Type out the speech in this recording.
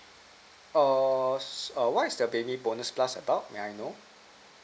uh err what's the baby bonus plus about may I know